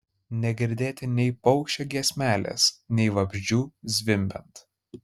negirdėti nei paukščio giesmelės nei vabzdžių zvimbiant